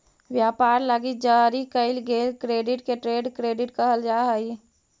व्यापार लगी जारी कईल गेल क्रेडिट के ट्रेड क्रेडिट कहल जा हई